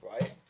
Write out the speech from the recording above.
right